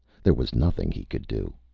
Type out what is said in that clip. there was nothing he could do.